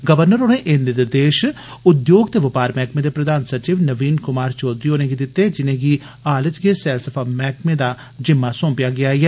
governor होरें एह निर्देश उद्योग ते बपार मैहकमे दे प्रधान सचिव नवीन कुमार चौधरी होरेंगी दित्ते न जिनेंगी हाल च गै सैलसफा मैहकमे दा जिम्मा सौंपेआ गेआ ऐ